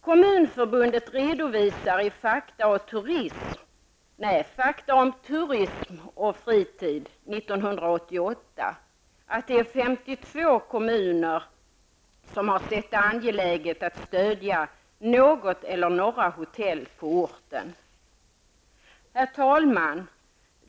Kommunförbundet redovisar i ''Fakta om turism och fritid 1988'' att 52 kommuner har sett det som angeläget att stödja något eller några hotell på orten. Herr talman!